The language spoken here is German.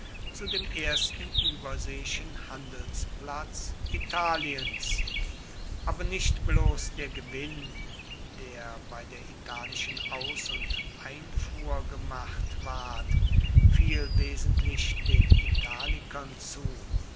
zu dem ersten überseeischen handelsplatz italiens aber nicht bloß der gewinn der bei der italischen aus und einfuhr gemacht ward fiel wesentlich den italikern zu